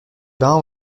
bains